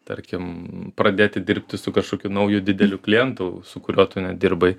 tarkim pradėti dirbti su kažkokiu nauju dideliu klientu su kuriuo tu nedirbai